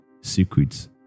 secrets